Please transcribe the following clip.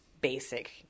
basic